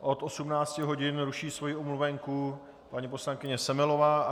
Od 18 hodin ruší svoji omluvenku paní poslankyně Semelová.